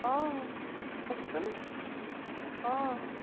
অঁ কওকচোন অঁ